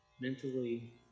mentally